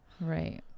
right